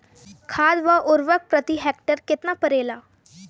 खाद व उर्वरक प्रति हेक्टेयर केतना परेला?